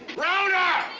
rhoda!